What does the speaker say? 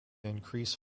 increase